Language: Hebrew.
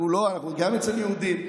גם אצל יהודים,